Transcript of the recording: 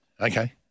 Okay